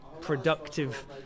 productive